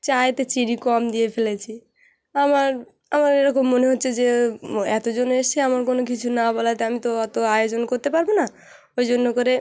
চায়েতে চিনি কম দিয়ে ফেলেছি আমার আমার এরকম মনে হচ্ছে যে এত জন এসেছে আমার কোনো কিছু না বলাতে আমি তো অত আয়োজন করতে পারব না ওই জন্য করে